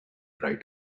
right